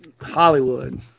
Hollywood